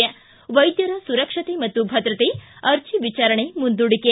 ಿ ವೈದ್ಧರ ಸುರಕ್ಷತೆ ಮತ್ತು ಭದ್ರತೆ ಅರ್ಜಿ ವಿಚಾರಣೆ ಮುಂದೂಡಿಕೆ